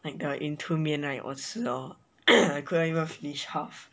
like the 云吞面我吃了 hor I couldn't even finish half